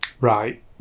Right